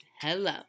hello